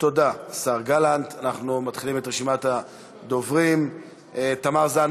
החוקים מתחילים לפעמים וצריך להניע